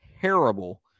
terrible